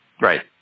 Right